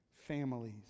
families